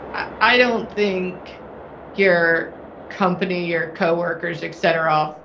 i don't think your company, your co-workers, et cetera,